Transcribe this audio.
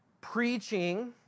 preaching